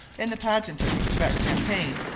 in the pageant of the quebec campaign,